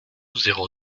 zéro